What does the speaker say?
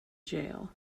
jail